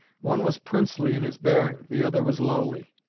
one was princely in his bearing the other was lowly.